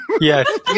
Yes